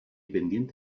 pendiente